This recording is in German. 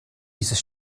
dieses